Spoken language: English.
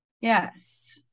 Yes